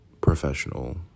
professional